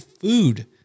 food